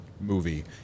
movie